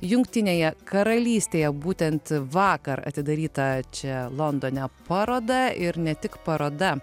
jungtinėje karalystėje būtent vakar atidaryta čia londone paroda ir ne tik paroda